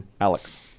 Alex